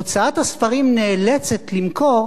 הוצאת הספרים נאלצת למכור